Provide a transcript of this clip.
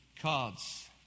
cards